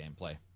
gameplay